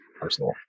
personal